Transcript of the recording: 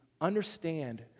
understand